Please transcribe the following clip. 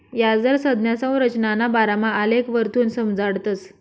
याजदर संज्ञा संरचनाना बारामा आलेखवरथून समजाडतस